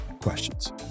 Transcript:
questions